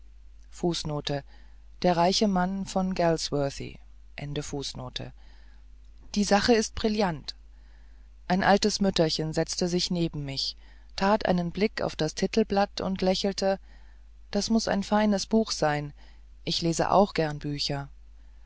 die sache ist brillant ein altes mütterchen setzte sich neben mich tat einen blick auf das titelblatt und lächelte das muß ein feines buch sein ich lese auch gern bücher